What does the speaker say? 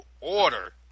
order